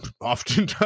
often